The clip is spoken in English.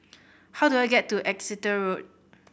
how do I get to Exeter Road